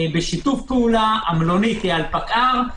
בשיתוף פעולה המלונית היא על פקע"ר,